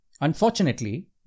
Unfortunately